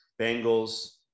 Bengals